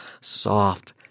soft